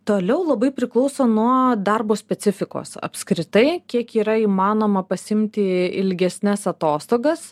toliau labai priklauso nuo darbo specifikos apskritai kiek yra įmanoma pasiimti ilgesnes atostogas